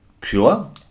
pure